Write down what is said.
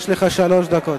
יש לך שלוש דקות.